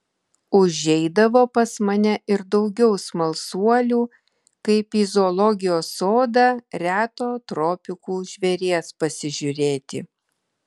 užeidavo pas mane ir daugiau smalsuolių kaip į zoologijos sodą reto tropikų žvėries pasižiūrėti